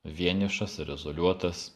vienišas ir izoliuotas